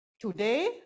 Today